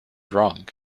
wrong